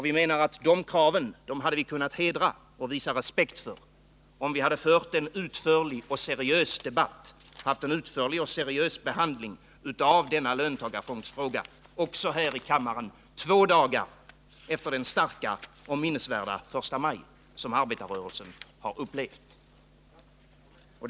Vi menar att man hade kunnat visa respekt för dessa krav, om vi hade haft en utförlig och seriös debatt och behandling av denna löntagarfondsfråga också här i kammaren, två dagar efter den starka och minnesvärda första maj som arbetarrörelsen nu upplevde.